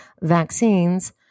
vaccines